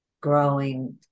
growing